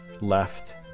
left